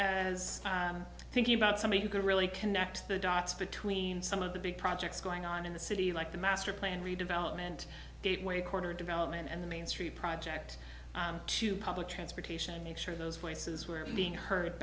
as thinking about somebody who could really connect the dots between some of the big projects going on in the city like the master plan redevelopment gateway quarter development and the main street project to public transportation make sure those voices were